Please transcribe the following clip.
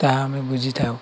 ତାହା ଆମେ ବୁଝିଥାଉ